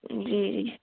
जी